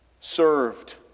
served